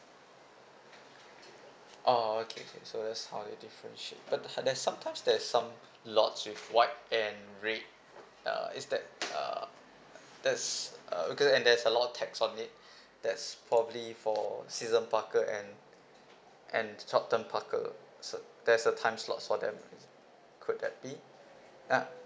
orh okay okay so that's how they differentiate but uh there sometimes there's some lots with white and red uh is that uh there's uh because and there's a lot of text on it that's probably for season parker and and short term parker so there's a time slot for them could that be uh